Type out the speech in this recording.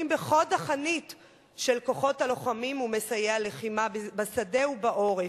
בחוד החנית של כוחות הלוחמים ומסייעי הלחימה בשדה ובעורף.